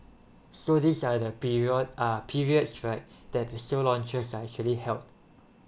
okay so these are the period ah periods right that the sale launchers are actually help